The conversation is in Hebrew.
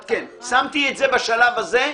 שמתי את זה בשלב הזה בצד.